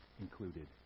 included